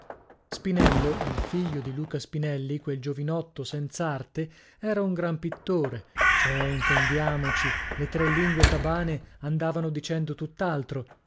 spinello il figlio di luca spinelli quel giovinotto senz'arte era un gran pittore cioè intendiamoci le tre lingue tabane andavano dicendo tutt'altro